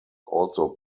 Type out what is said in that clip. also